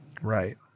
right